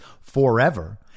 forever